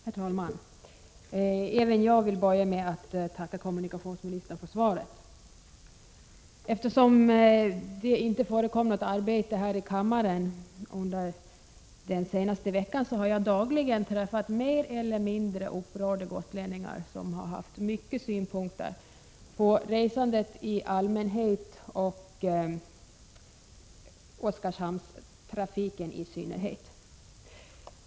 Herr talman! Även jag vill börja med att tacka kommunikationsministern för svaret. Eftersom det inte förekom något arbete här i kammaren under den senaste veckan har jag dagligen träffat mer eller mindre upprörda gotlänningar, som har framfört många synpunkter på resandet i allmänhet och Oskarshamnstrafiken i synnerhet.